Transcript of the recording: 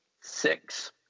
six